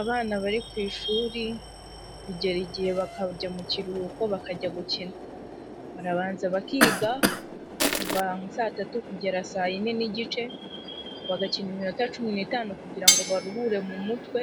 Abana bari ku ishuri bigera igihe bakajya mu kiruhuko bakajya gukina, barabanza bakiga kuva nka saa tatu kugera saa yine n'igice, bagakina iminota cumi n'itanu kugira ngo baruhure mu mutwe,